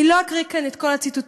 אני לא אקריא כאן את כל הציטוטים,